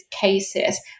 cases